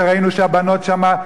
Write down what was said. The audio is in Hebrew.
שראינו שהבנות שם,